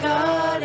God